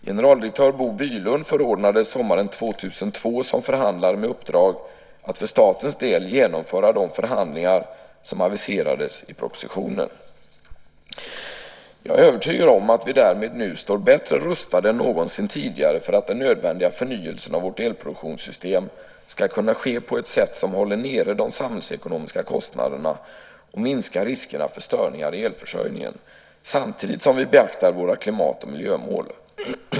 Generaldirektör Bo Bylund förordnades sommaren 2002 som förhandlare med uppdrag att för statens del genomföra de förhandlingar som aviserades i propositionen. Jag är övertygad om att vi därmed nu står bättre rustade än någonsin tidigare för att den nödvändiga förnyelsen av vårt elproduktionssystem ska kunna ske på ett sätt som håller nere de samhällsekonomiska kostnaderna och minskar riskerna för störningar i elförsörjningen samtidigt som vi beaktar våra klimat och miljömål.